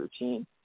routine